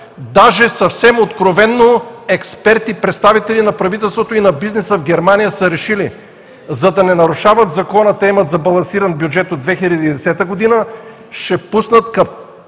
съвсем откровено експерти, представители на правителството и на бизнеса, са решили, за да не нарушават Закона – имат балансиран бюджет от 2010 г., ще пуснат към